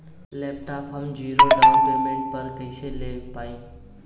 Laptop हम zero down payment पर कैसे ले पाएम?